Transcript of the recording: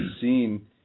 seen